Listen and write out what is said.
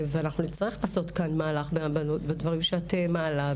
ואנחנו נצטרך לעשות כאן מהלך בדברים שאת מעלה,